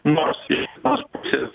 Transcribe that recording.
nors iš kitos pusės